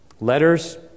letters